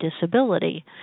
disability